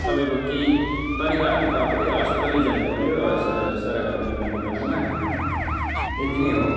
तपाईँको केही तरिकाहरू त अब त्यही हस्पिटलै जानुपर्यो स साह्रो गाह्रो बिमारको बेलामा यति नै हो